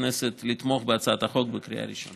מהכנסת לתמוך בהצעת החוק בקריאה ראשונה.